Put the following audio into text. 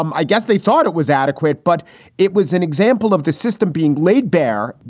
um i guess they thought it was adequate, but it was an example of the system being laid bare.